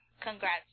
Congrats